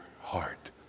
heart